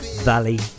Valley